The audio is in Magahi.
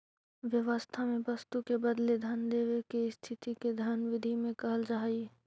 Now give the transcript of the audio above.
व्यवस्था में वस्तु के बदले धन देवे के स्थिति के धन विधि में कहल जा हई